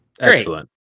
Excellent